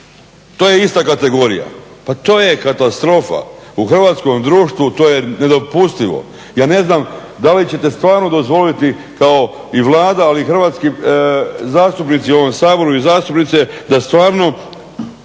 To je ista kategorija. Pa to je katastrofa! U hrvatskom društvu to je nedopustivo. Ja ne znam da li ćete stvarno dozvoliti kao i Vlada, ali i hrvatski zastupnici u ovom Saboru i zastupnice da stvarno